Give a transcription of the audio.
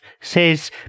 says